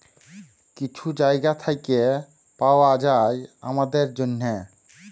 কিছু জায়গা থ্যাইকে পাউয়া যায় আমাদের জ্যনহে